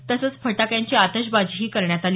तसंच फटाक्यांची आतषबाजीही करण्यात आली